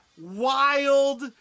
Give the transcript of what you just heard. wild